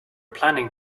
planning